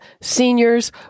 seniors